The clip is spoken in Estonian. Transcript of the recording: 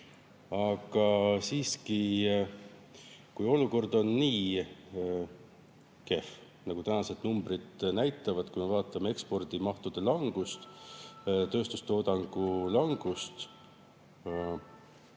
Aga kui olukord on nii kehv, nagu tänased numbrid näitavad, kui me vaatame ekspordimahtude langust, tööstustoodangu langust,